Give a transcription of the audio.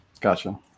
Gotcha